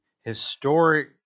historic